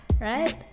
Right